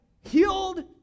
healed